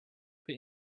but